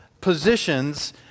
positions